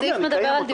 אני אומר: נקיים אותו.